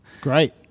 Great